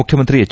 ಮುಖ್ಯಮಂತ್ರಿ ಎಚ್